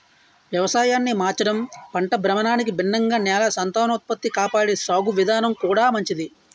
వ్యవసాయాన్ని మార్చడం, పంట భ్రమణానికి భిన్నంగా నేల సంతానోత్పత్తి కాపాడే సాగు విధానం కూడా ఉంది